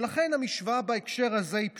ולכן המשוואה בהקשר הזה היא פשוטה: